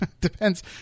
Depends